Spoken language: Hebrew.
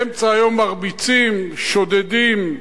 באמצע היום מרביצים, שודדים,